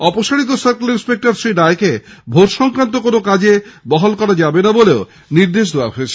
অপসারিত circle inspector Shri রায়কে vote সংক্রান্ত কোন কাজে বহাল করা যাবে না বলেও নির্দেশ দেওয়া হয়েছে